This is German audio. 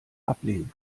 ablehnen